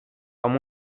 amb